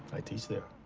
i teach there.